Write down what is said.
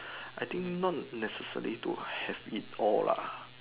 I think not necessary to have it all lah